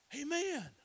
Amen